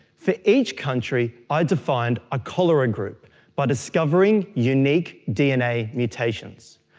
for each country i defined a cholera group by discovering unique dna mutations.